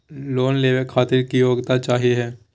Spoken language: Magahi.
लोन लेवे खातीर की योग्यता चाहियो हे?